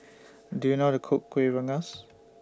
Do YOU know How to Cook Kuih Rengas